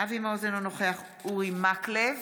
אבי מעוז, אינו נוכח אורי מקלב,